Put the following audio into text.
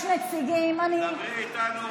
יש נציגים, דברי איתנו רק על הכסף.